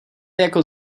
jako